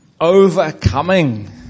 overcoming